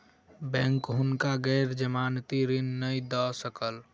bank हुनका गैर जमानती ऋण नै दय सकल